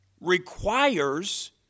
Requires